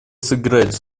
сыграть